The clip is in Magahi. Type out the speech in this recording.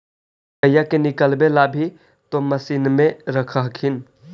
मकईया के निकलबे ला भी तो मसिनबे रख हखिन?